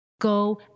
go